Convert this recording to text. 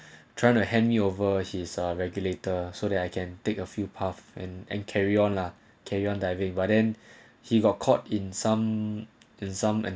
trying to hand me over his a regulator so that I can take a few path and and carry on lah carry on diving but then he got caught in some in some and